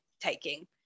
taking